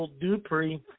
Dupree